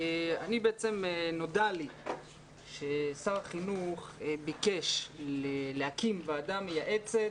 נודע לי ששר החינוך ביקש להקים ועדה